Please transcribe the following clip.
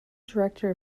director